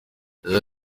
yagize